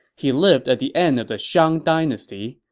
he lived at the end of the shang dynasty,